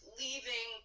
leaving